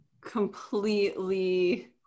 completely